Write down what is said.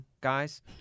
guys